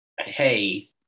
hey